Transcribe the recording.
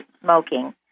smoking